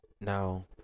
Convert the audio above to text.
Now